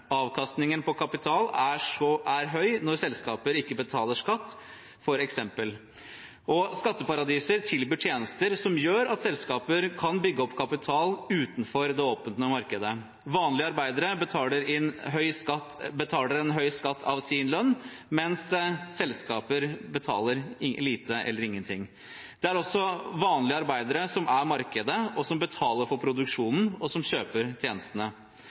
Avkastningen på kapital er høy når selskaper f.eks. ikke betaler skatt. Skatteparadiser tilbyr tjenester som gjør at selskaper kan bygge opp kapital utenfor det åpne markedet. Vanlige arbeidere betaler en høy skatt av sin lønn, mens selskaper betaler lite eller ingenting. Det er også vanlige arbeidere som er markedet, som betaler for produksjonen, og som kjøper tjenestene.